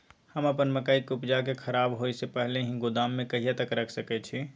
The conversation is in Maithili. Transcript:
हम अपन मकई के उपजा के खराब होय से पहिले ही गोदाम में कहिया तक रख सके छी?